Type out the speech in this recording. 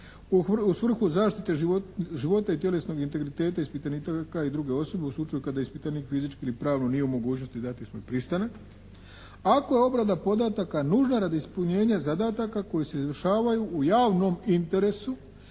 u svrhu zaštite života i tjelesnog integriteta ispitanika i druge osobe u slučaju kada ispitanik fizički ili pravno nije u mogućnosti dati svoj pristanak, ako je obrada podataka nužna radi ispunjenja zadataka koji se izvršavaju u javnom interesu,